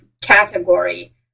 category